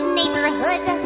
neighborhood